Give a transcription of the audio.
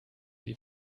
die